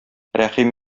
рәхим